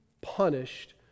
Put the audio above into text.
punished